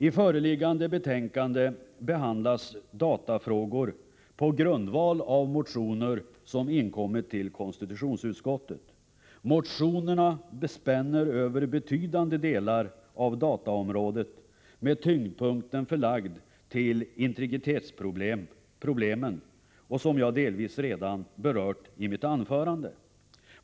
I föreliggande betänkande behandlas datafrågor på grundval av motioner som inkommit till konstitutionsutskottet. Motionerna spänner över betydande delar av dataområdet, med tyngdpunkten förlagd till integritetsproblemen, som jag delvis redan berört i mitt anförande.